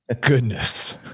goodness